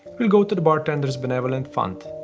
will go to the bartenders benevolent fund.